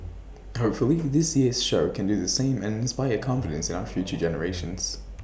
hopefully this year's show can do the same and inspire confidence in our future generations